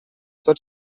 tot